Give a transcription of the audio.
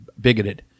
bigoted